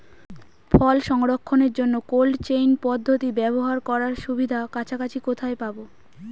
ফল সংরক্ষণের জন্য cold chain পদ্ধতি ব্যবহার করার সুবিধা কাছাকাছি কোথায় পাবো?